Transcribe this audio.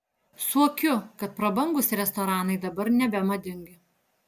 suokiu kad prabangūs restoranai dabar nebemadingi